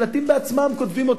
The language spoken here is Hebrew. בעצמם כותבים שלטים,